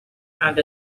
and